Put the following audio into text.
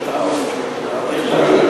ואחריו, חבר הכנסת אילן גילאון.